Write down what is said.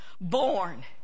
born